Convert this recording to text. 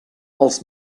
els